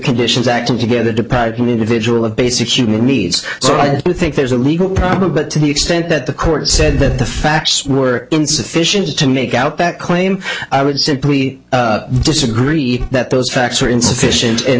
conditions acting together deprives an individual of basic human needs so i do think there's a legal problem but to the extent that the court said that the facts were insufficient to make out that claim i would simply disagree that those facts are insufficient